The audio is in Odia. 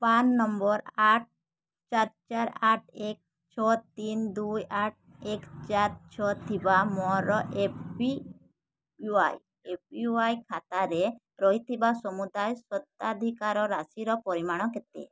ପ୍ରାନ୍ ନମ୍ବର୍ ଆଠ ଚାରି ଚାରି ଆଠ ଏକ ଛଅ ତିନି ଦୁଇ ଆଠ ଏକ ଚାରି ଛଅ ଥିବା ମୋ A P Y A P Y ଖାତାରେ ରହିଥିବା ସମୁଦାୟ ସ୍ୱତ୍ୱାଧିକାର ରାଶିର ପରିମାଣ କେତେ